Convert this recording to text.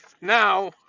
Now